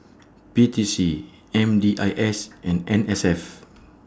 P T C M D I S and N S F